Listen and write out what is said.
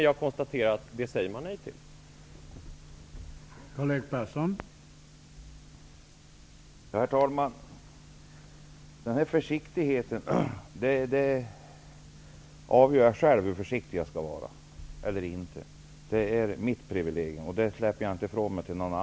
Jag konstaterar att man säger nej till detta.